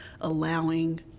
allowing